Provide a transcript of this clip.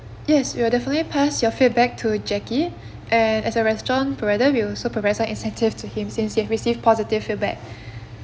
yes we will definitely pass your feedback to jackie and as a restaurant provider we'll also provide some incentive to him since he has received positive feedback